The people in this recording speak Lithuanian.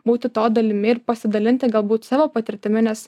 būti to dalimi ir pasidalinti galbūt savo patirtimi nes